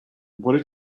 what